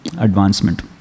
advancement